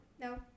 No